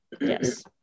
Yes